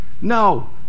no